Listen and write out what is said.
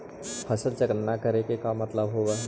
फसल चक्र न के का मतलब होब है?